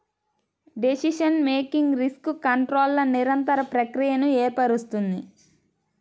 decision making risk కంట్రోల్ల నిరంతర ప్రక్రియను ఏర్పరుస్తుంది